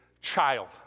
child